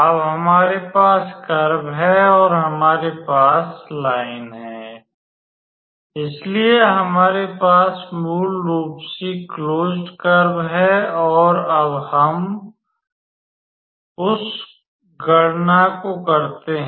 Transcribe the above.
अब हमारे पास कर्व है और हमारे पास रेखा है इसलिए हमारे पास मूल रूप से क्लोज्ड कर्व है और अब हम उस गणना को करते हैं